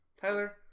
Tyler